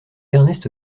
ernest